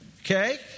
okay